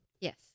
Yes